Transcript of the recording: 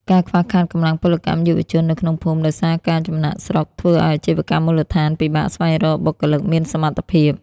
ការខ្វះខាតកម្លាំងពលកម្មយុវជននៅក្នុងភូមិ ដោយសារការចំណាកស្រុក ធ្វើឱ្យអាជីវកម្មមូលដ្ឋានពិបាកស្វែងរកបុគ្គលិកមានសមត្ថភាព។